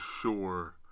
sure